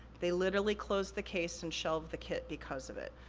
they literally closed the case and shelved the kit because of it.